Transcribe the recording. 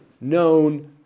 known